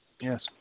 Yes